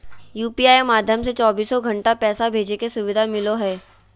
UPI माध्यम से चौबीसो घण्टा पैसा भेजे के सुविधा मिलो हय